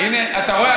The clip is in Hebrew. אתה, הינה, אתה רואה?